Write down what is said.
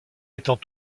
étant